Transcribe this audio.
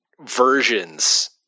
versions